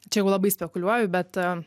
čia jau labai spekuliuoju bet